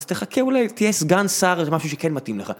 אז תחכה, אולי תהיה סגן שר, משהו שכן מתאים לך.